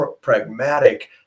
pragmatic